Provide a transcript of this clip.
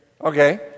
Okay